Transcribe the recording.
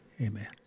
Amen